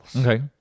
Okay